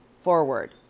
forward